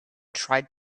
tried